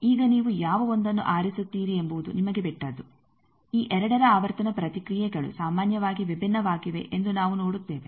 ಈಗ ನೀವು ಯಾವ 1ಅನ್ನು ಆರಿಸುತ್ತೀರಿ ಎಂಬುವುದು ನಿಮಗೆ ಬಿಟ್ಟದ್ದು ಈ 2ರ ಆವರ್ತನ ಪ್ರತಿಕ್ರಿಯೆಗಳು ಸಾಮಾನ್ಯವಾಗಿ ವಿಭಿನ್ನವಾಗಿವೆ ಎಂದು ನಾವು ನೋಡುತ್ತೇವೆ